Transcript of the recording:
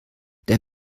der